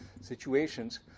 situations